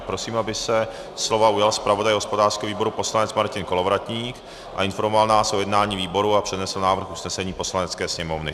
Prosím, aby se slova ujal zpravodaj hospodářského výboru poslanec Martin Kolovratník a informoval nás o jednání výboru a přednesl návrh usnesení Poslanecké sněmovny.